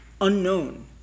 unknown